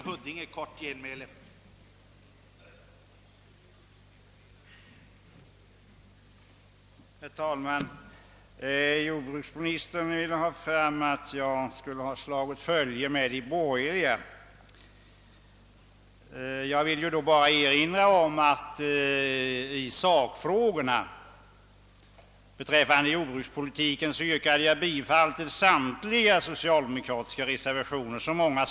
Herr talman! Jordbruksministern ville göra gällande att jag skulle ha slagit följe med de borgerliga. Jag vill med anledning därav erinra om att i sakfrågorna angående jordbrukspolitiken yrkade jag bifall till samtliga socialdemokratiska reservationer.